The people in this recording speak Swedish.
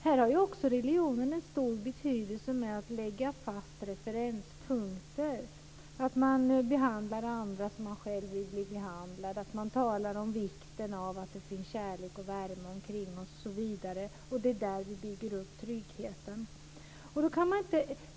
Här har religionen en stor betydelse när det gäller att lägga fast referenspunkter - att man behandlar andra som man själv vill bli behandlad, att man talar om vikten av att det finns kärlek och värme omkring oss osv. Det är där som vi bygger upp tryggheten.